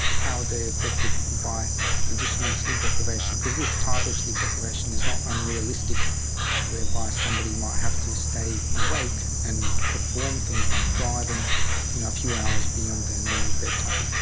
how they're affected by additional sleep deprivation. because this type of sleep deprivation is not unrealistic whereby somebody might have to stay awake and perform things like driving you know a few hours beyond their normal bedtime.